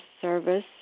service